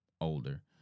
older